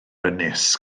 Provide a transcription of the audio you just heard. ynys